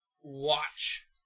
watch